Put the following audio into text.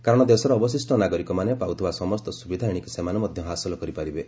କାରଣ ଦେଶର ଅବଶିଷ୍ଟ ନାଗରିକମାନେ ପାଉଥିବା ସମସ୍ତ ସୁବିଧା ଏଶିକି ସେମାନେ ମଧ୍ୟ ହାସଲ କରିପାରିବେ